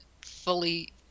fully